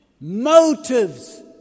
Motives